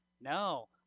No